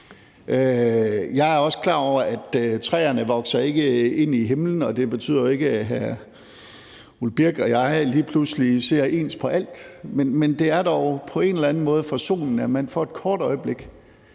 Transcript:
Jeg er også klar over, at træerne ikke vokser ind i himlen, og at det ikke betyder, at hr. Ole Birk Olesen og jeg lige pludselig ser ens på alt, men det er dog på en eller anden måde forsonende, at man for et kort øjeblik